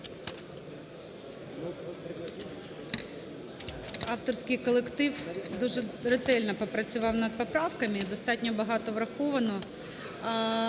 Авторський колектив дуже ретельно попрацював над поправками, достатньо багато враховано.